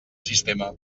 sistema